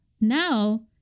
now